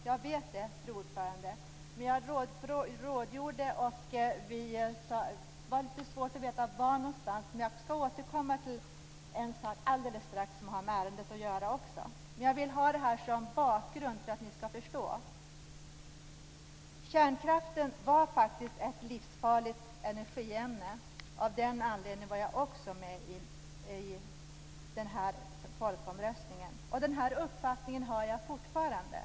Fru talman! Jag vet det. Jag rådgjorde om detta. Det var litet svårt att veta vad som gällde. Jag skall alldeles strax återkomma till det som har med ärendet att göra. Jag vill ta detta som bakgrund för att ni skall förstå. Kärnkraften är ett livsfarligt energiämne. Också av den anledningen var jag aktiv i folkomröstningen. Den uppfattningen har jag fortfarande.